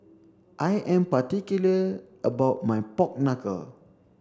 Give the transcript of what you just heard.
I am particular about my pork knuckle